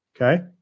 Okay